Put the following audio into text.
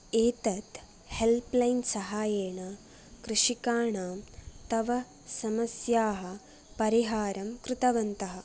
एतद् help line सहायेन कृषिकाणां तव समस्याः परिहारं कृतवन्तः